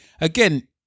Again